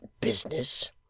business